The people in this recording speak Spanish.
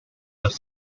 los